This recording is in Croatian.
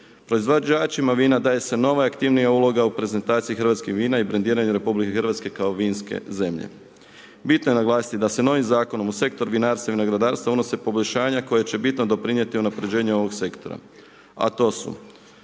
Proizvođačima vina daje se nova i aktivnija uloga u prezentaciji hrvatskih vina i brendiranje RH kao vinske zemlje. Bitno je naglasiti da se novim zakonom u sektor vinarstva i vinogradarstva unose poboljšanja koje će bitno doprinijeti unapređenje ovog sektora a to su